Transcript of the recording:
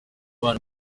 bana